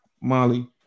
molly